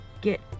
get